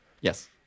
Yes